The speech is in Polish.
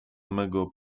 mego